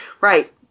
right